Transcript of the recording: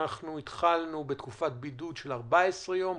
התחלנו בתקופת בידוד של 14 יום,